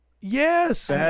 yes